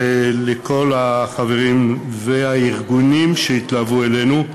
ולכל החברים והארגונים שהתלוו אלינו,